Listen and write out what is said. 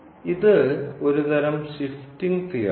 ഇത് ഒരു തരം ഷിഫ്റ്റിംഗ് തിയറമാണ്